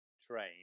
train